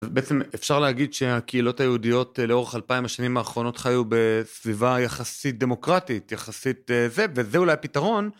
בעצם אפשר להגיד שהקהילות היהודיות לאורך אלפיים השנים האחרונות חיו בסביבה יחסית דמוקרטית יחסית זה וזה אולי פתרון.